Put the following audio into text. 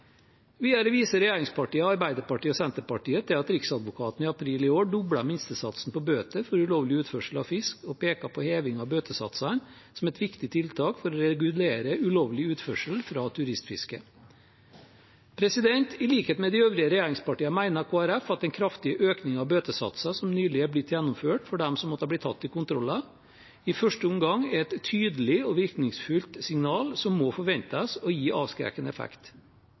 Videre viser regjeringspartiene, Arbeiderpartiet og Senterpartiet til at Riksadvokaten i april i år doblet minstesatsen på bøter for ulovlig utførsel av fisk, og peker på heving av bøtesatsene som et viktig tiltak for å regulere ulovlig utførsel fra turistfiske. I likhet med de øvrige regjeringspartiene mener Kristelig Folkeparti at en kraftig økning av bøtesatser, som nylig er blitt gjennomført for dem som måtte bli tatt i kontroller, i første omgang er et tydelig og virkningsfullt signal som må forventes å gi avskrekkende effekt.